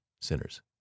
sinners